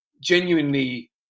genuinely